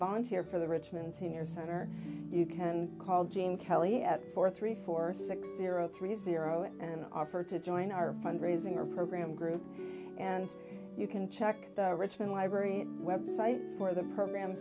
volunteer for the richmond senior center you can call gene kelly at four three four six zero three zero and offer to join our fund raising or program groups and you can check the richmond library website for the program